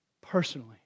personally